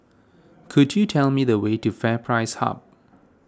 could you tell me the way to FairPrice Hub